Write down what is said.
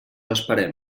esperem